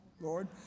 Lord